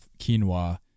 Quinoa